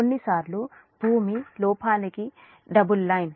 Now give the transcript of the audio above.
కొన్నిసార్లు గ్రౌండ్ లోపానికి double line